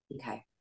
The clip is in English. Okay